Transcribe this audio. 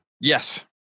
Yes